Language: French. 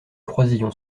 croisillon